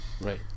Right